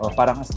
parang